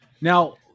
Now